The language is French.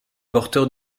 porteurs